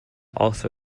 also